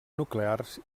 nuclears